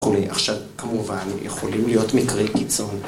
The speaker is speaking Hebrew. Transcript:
עכשיו, כמובן, יכולים להיות מקרי קיצון.